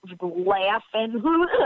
laughing